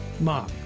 Mom